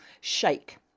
shake